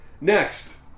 Next